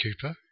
Cooper